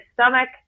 stomach